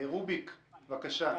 רוביק, בבקשה.